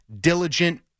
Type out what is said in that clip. diligent